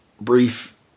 brief